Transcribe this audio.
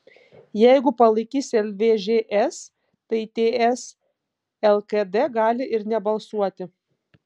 jeigu palaikys lvžs tai ts lkd gali ir nebalsuoti